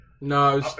No